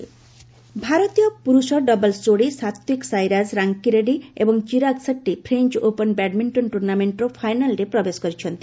badminton ଭାରତୀୟ ପୁରୁଷ doubles ଯୋଡ଼ି ସାତ୍ତ୍ୱିକ ସାଇରାଜ ରାଙ୍କି ରେଡ୍ରୀ ଏବଂ Chirag Shetty French Open badminton ଟୁର୍ଷ୍ଣାମେଣ୍ଟର ଫାଇନାଲ୍ରେ ପ୍ରବେଶ କରିଛନ୍ତି